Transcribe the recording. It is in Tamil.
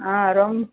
ஆ ரொம்